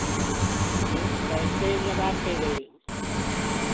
तो कैसे लगा के गए हो